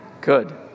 Good